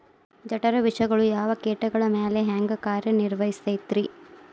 ಜಠರ ವಿಷಗಳು ಯಾವ ಕೇಟಗಳ ಮ್ಯಾಲೆ ಹ್ಯಾಂಗ ಕಾರ್ಯ ನಿರ್ವಹಿಸತೈತ್ರಿ?